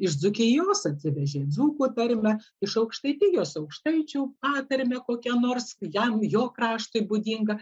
iš dzūkijos atsivežė dzūkų tarmę iš aukštaitijos aukštaičių patarmę kokią nors jam jo kraštui būdingą